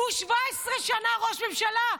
17 שנה הוא ראש ממשלה.